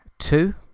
two